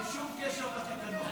אני הסרתי את ההסתייגויות לחוק הזה.